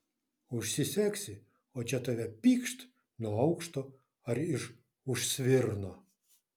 užsisegsi o čia tave pykšt nuo aukšto ar iš už svirno